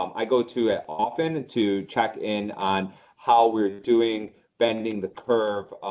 i go to it often to check in on how we are doing bending the curve,